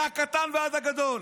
מהקטן ועד הגדול,